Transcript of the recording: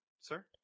sir